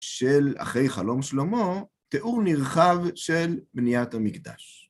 של אחרי חלום שלמה, תיאור נרחב של בניית המקדש.